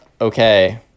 okay